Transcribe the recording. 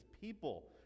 people